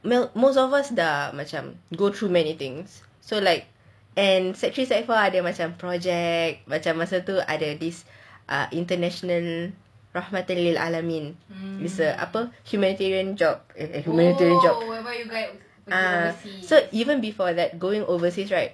well most of us dah macam go through many things so like and sec three sec four ada macam project macam masa tu ada this international is a apa humanitarian job ah so even before that going overseas right